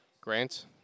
Grant